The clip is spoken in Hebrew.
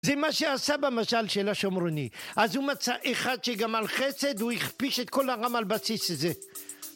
זה מה שעשה במשל של השומרוני, אז הוא מצא אחד שגם על חסד הוא הכפיש את כל העם על בסיס הזה